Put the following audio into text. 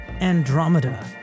Andromeda